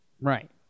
Right